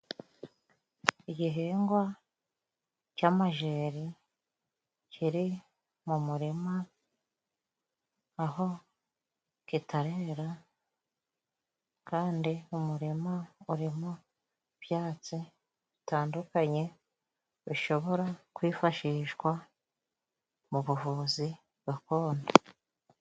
Igihingwa cy'amajeri kiri mu murima aho kitarera, kandi umurima urimo ibyatsi bitandukanye bishobora kwifashishwa mu buvuzi gakondo.